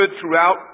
throughout